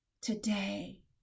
today